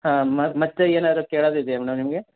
ಹಾಂ ಮತ್ತೆ ಏನಾದರು ಕೇಳೋದು ಇದ್ಯಾ ಮೇಡಮ್ ನಿಮಗೆ